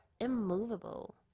immovable